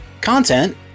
content